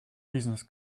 business